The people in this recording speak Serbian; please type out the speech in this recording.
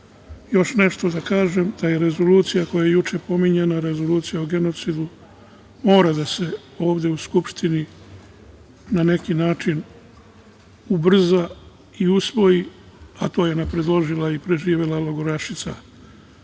nešto da kažem da je rezolucija koja je juče pominjana, Rezolucija o genocidu mora da se ovde u Skupštini, na neki način ubrza i usvoji, a to je i predložila preživela logorašica. Smatram